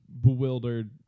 bewildered